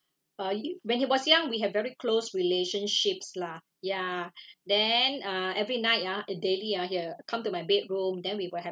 uh he when he was young we have very close relationships lah ya then uh every night ya uh daily ah he'll come to my bedroom then we will have